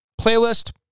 playlist